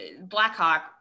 Blackhawk